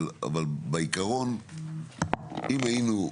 אבל בעיקרון אם היינו,